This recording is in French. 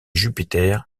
jupiter